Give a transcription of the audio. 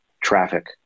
Traffic